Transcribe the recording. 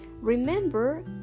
Remember